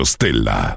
Stella